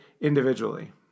individually